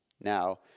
Now